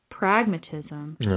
Pragmatism